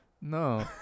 No